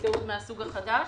תיעוד מן הסוג החדש.